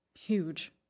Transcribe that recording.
huge